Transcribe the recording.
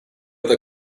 that